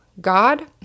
God